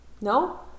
No